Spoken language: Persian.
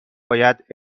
باید